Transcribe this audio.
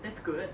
that's good